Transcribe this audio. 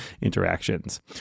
interactions